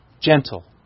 gentle